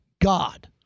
God